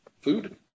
food